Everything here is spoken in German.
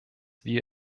wir